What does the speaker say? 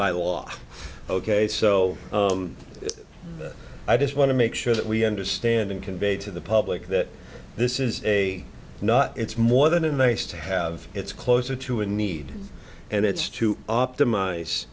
by law ok so i just want to make sure that we understand and convey to the public that this is a not it's more than a nice to have it's closer to a need and it's to optimize